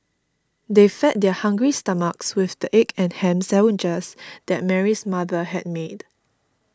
they fed their hungry stomachs with the egg and ham sandwiches that Mary's mother had made